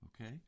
Okay